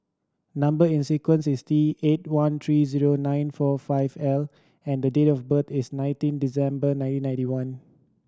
number is sequence is T eight one three zero nine four five L and date of birth is nineteen December nineteen ninety one